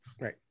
right